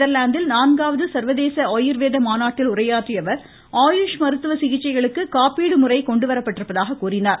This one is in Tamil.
நெதர்லாந்தில் நான்காவது சர்வதேச ஆயுர்வேத மாநாட்டில் உரையாற்றிய அவர் ஆயுஷ் மருத்துவ சிகிச்சைகளுக்கு காப்பீடு முறை கொண்டுவரப்பட்டிருப்பதாக கூறினார்